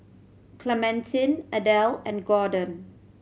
Clementine Adel and Gordon